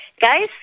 guys